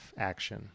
action